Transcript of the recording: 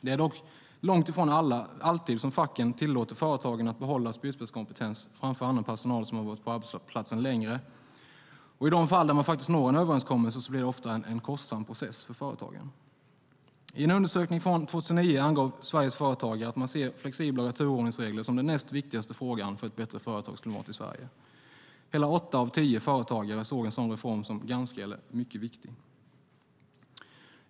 Det är dock långt ifrån alltid facken tillåter företagen att behålla spjutspetskompetens framför annan personal som har varit på arbetsplatsen längre, och i de fall där man faktiskt når en överenskommelse blir det ofta en kostsam process för företagen. I en undersökning från 2009 angav Sveriges företagare att man ser flexiblare turordningsregler som den näst viktigaste frågan för ett bättre företagsklimat i Sverige - hela åtta av tio företagare såg en sådan reform som ganska eller mycket viktig.